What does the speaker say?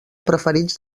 preferits